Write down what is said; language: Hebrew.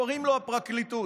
קוראים לו: הפרקליטות.